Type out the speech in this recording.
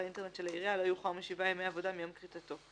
האינטרנט של העירייה לא יאוחר משבעה ימי עבודה מיום כריתתו.